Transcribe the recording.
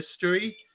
history